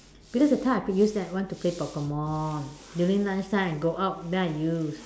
because that time I could use that one to play Pokemon during lunch time I go out and then I use